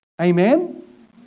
Amen